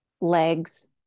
legs